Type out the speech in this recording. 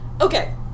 Okay